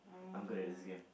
I'm good at this game